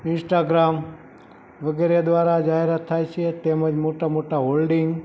Instagram વગેરે દ્વારા જાહેરાત થાય છે તેમજ મોટા મોટા હોલ્ડિંગ